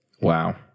Wow